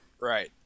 Right